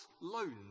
loans